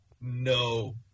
No